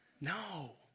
No